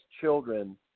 children